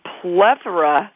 plethora